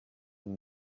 wenn